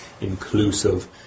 inclusive